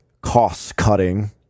cost-cutting